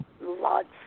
Lots